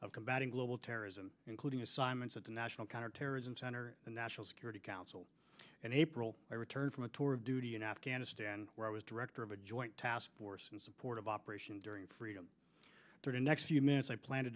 of combating global terrorism including assignments at the national counterterrorism center the national security council and april i returned from a tour of duty in afghanistan where i was director of a joint task force in support of operation enduring freedom the next few minutes i plan to